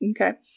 Okay